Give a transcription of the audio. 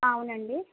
అవునండి